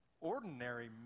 ordinary